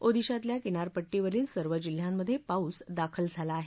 ओदिशातल्या किनारपट्टीवरील सर्व जिल्ह्यांमध्ये पाऊस दाखल झाला आहे